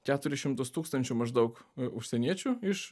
keturis šimtus tūkstančių maždaug užsieniečių iš